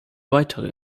weitere